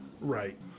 Right